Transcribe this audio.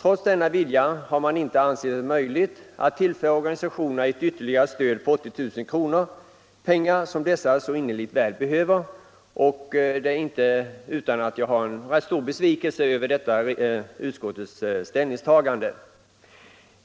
Trots denna välvilja har man inte ansett det möjligt att tillföra organisationerna ett ytterligare stöd på 80 000 kr. — pengar som dessa så innerligt väl behöver. Det är inte utan att jag känner en rätt stor besvikelse över detta utskottets ställningstagande.